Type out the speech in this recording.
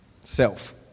self